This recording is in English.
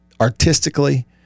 artistically